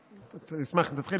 אני אשמח אם תתחיל,